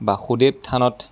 বাসুদেৱ থানত